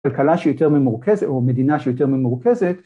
כלכלה שיותר ממורכזת או מדינה שיותר ממורכזת